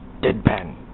Deadpan